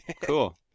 cool